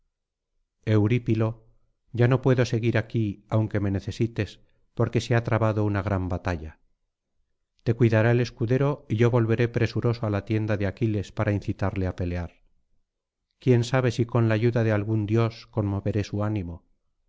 eurípilo ya no puedo seguir aquí aunque me necesites porque se ha trabado una gran batalla te cuidará el escudero y yo volveré presuroso á la tienda de aquiles para incitarle á pelear quién sabe si con la ayuda de algún dios conmoveré su ánimo